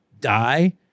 die